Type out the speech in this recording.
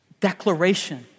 declaration